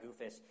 Goofus